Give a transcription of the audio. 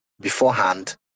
beforehand